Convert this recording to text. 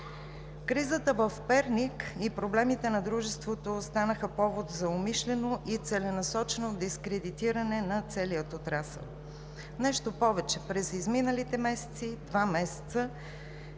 Кризата в Перник и проблемите на дружеството станаха повод за умишлено и целенасочено дискредитиране на целия отрасъл. Нещо повече, през изминалите два месеца,